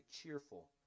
cheerful